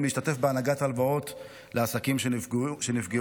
להשתתף בהענקת הלוואות לעסקים שנפגעו.